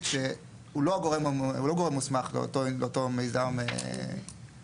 שהוא לא גורם מוסמך לאותו מיזם תשתית,